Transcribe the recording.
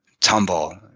tumble